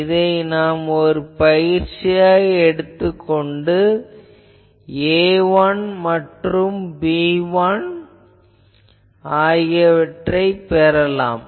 இதை ஒரு பயிற்சியாக எடுத்துக் கொண்டு A1 B1 என்பதைப் பெறலாம்